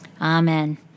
Amen